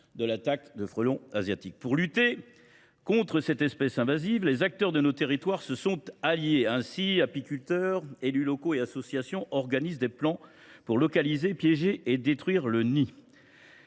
de l’attaque de frelons asiatiques. Pour lutter contre cette espèce invasive, les acteurs de nos territoires se sont alliés. Apiculteurs, élus locaux et associations s’organisent et mènent des opérations visant à localiser, piéger et détruire les nids